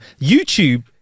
YouTube